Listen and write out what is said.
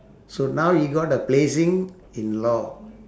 so now he got a placing in law